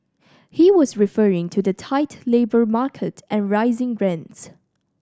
he was referring to the tight labour market and rising rents